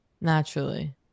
Naturally